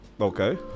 Okay